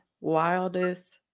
wildest